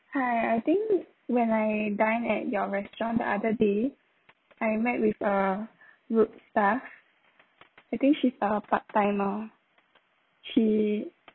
hi I think when I dined at your restaurant the other day I met with a rude staff I think she's a part timer she